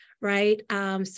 right